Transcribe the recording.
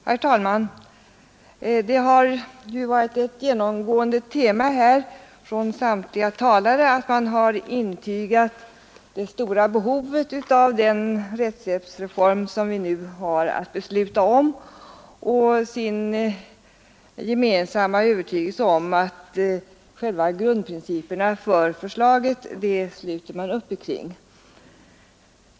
Herr talman! Det har funnits ett genomgående tema i de hittills hållna anförandena. Samtliga talare har intygat det stora behovet av den rättshjälpsreform vi nu har att besluta om och gemensamt slutit upp kring grundprinciperna för förslaget.